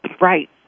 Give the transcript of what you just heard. Right